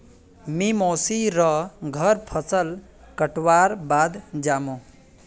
मी मोसी र घर फसल कटवार बाद जामु